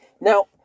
Now